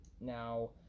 Now